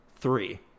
three